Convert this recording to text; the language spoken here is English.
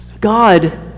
God